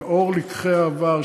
לנוכח לקחי העבר,